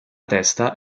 testa